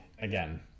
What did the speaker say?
again